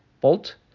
Bolt